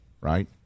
right